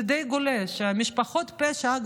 זה די גולש, משפחות פשע.